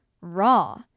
raw